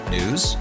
News